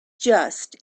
just